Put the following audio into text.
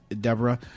Deborah